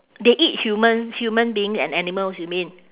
they eat human human being and animals you mean